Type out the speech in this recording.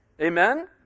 Amen